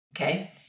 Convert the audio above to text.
Okay